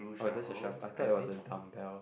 oh that's a shovel I thought it was a dumbbell